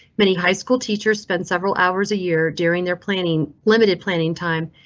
many high school teachers spend several hours a year during their planning, limited planning, time,